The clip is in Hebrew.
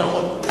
נכון.